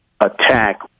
attack